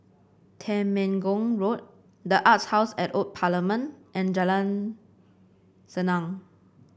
Temenggong Road the Arts House at The Old Parliament and Jalan Senang